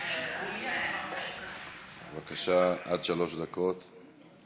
בבקשה, עד שלוש דקות.